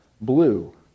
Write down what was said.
blue